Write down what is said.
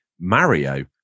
Mario